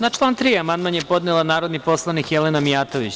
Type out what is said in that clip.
Na član 3. amandman je podnela narodni poslanik Jelena Mijatović.